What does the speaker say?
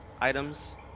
items